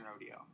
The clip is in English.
rodeo